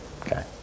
okay